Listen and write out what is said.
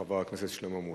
חבר הכנסת שלמה מולה.